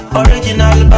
original